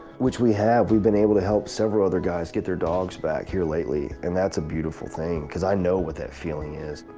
which we have, we've been able to help several other guys get their dogs back here lately and that's a beautiful thing. cuz i know what that feeling is.